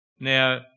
Now